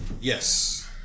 Yes